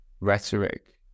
rhetoric